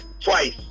twice